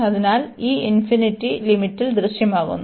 അതിനാൽ ഈ ഇൻഫിനിറ്റി ലിമിറ്റിൽ ദൃശ്യമാകുന്നു